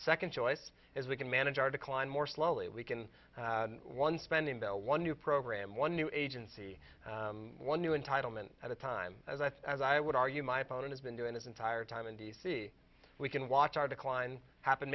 second as we can manage our decline more slowly we can one spending bill one new program one new agency one new entitlement at a time as i said as i would argue my opponent has been doing his entire time in d c we can watch our decline happen